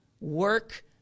work